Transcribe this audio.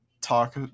talk